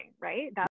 right